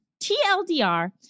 TLDR